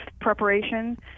preparation